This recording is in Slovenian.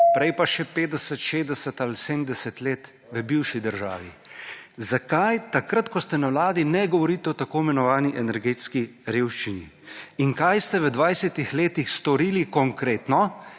prej pa še 50, 60 ali 70 let v bivši državi. Zakaj takrat, ko ste na vladi, ne govorite o tako imenovani energetski revščini. In kaj ste v 20-ih letih storili konkretno,